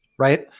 Right